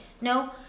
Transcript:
no